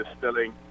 distilling